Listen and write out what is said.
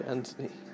Anthony